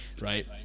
Right